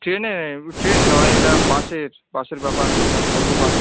ট্রেনে ট্রেন নয় এটা বাসের বাসের ব্যাপার এটা ভলভো বাস